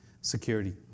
security